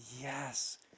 Yes